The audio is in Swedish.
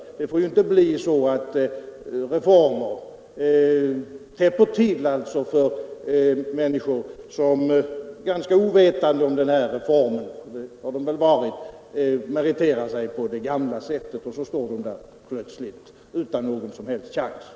Det får inte bli så att en reform täpper till för människor, som ganska ovetande om den — för det har de väl varit — meriterar sig på det gamla sättet och så plötsligt står där utan någon som helst chans.